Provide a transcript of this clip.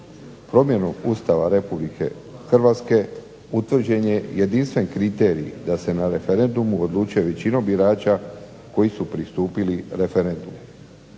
Promjenom Ustava Republike Hrvatske utvrđen je jedinstven kriterij da se na referendumu odlučuje većinom birača koji su pristupili referendumu.